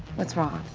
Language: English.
what's wrong?